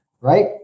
right